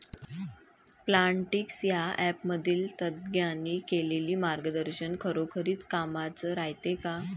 Plantix या ॲपमधील तज्ज्ञांनी केलेली मार्गदर्शन खरोखरीच कामाचं रायते का?